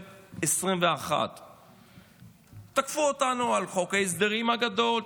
2021. תקפו אותנו על חוק ההסדרים הגדול,